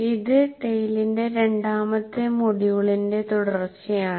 ഇത് ടെയിലിന്റെ രണ്ടാമത്തെ മൊഡ്യൂളിന്റെ തുടർച്ചയാണ്